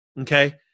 okay